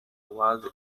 was